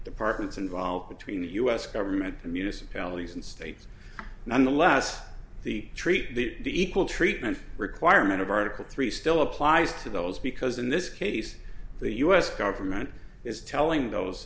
departments involved between the u s government and municipalities and states nonetheless the treat the equal treatment requirement of article three still applies to those because in this case the us government is telling those